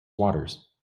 waters